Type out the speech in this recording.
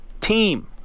team